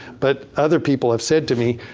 but other people have said to me,